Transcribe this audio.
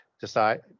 decide